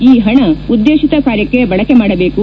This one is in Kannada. ಈ ಹಣ ಉದ್ದೇಶಿತ ಕಾರ್ಯಕ್ಕೆ ಬಳಕೆ ಮಾಡಬೇಕು